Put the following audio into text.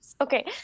Okay